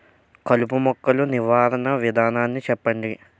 కలుపు మొక్కలు నివారణ విధానాన్ని చెప్పండి?